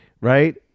right